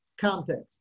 context